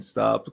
Stop